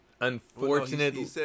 unfortunately